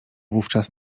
wówczas